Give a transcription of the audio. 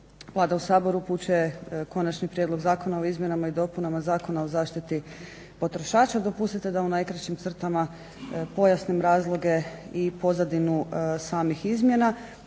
Vlada u Sabor upućuje Konačni prijedlog zakona o izmjenama i dopunama Zakona o zaštiti potrošača. Dopustite da u najkraćim crtama pojasnim razloge i pozadinu samih izmjena.